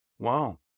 Wow